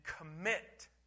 commit